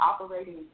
operating